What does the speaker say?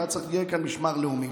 אלא צריך שיהיה כאן משמר לאומי.